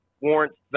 warrants